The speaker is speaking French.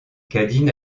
cadine